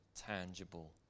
tangible